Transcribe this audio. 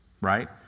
Right